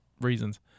reasons